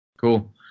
cool